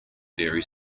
very